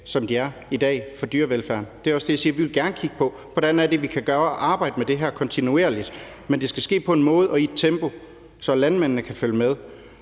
som de er i dag, i forhold til dyrevelfærd. Det, jeg siger, er jo også, at vi gerne vil kigge på, hvordan vi kan arbejde med det her kontinuerligt. Men det skal ske på en måde og i et tempo, sådan at landmændene kan følge med.